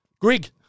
Grig